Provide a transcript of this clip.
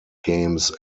games